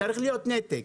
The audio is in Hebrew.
צריך להיות נתק,